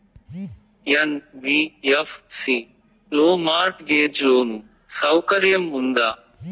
NBFC లో mortgage loan సౌకర్యం ఉందా?